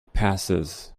passes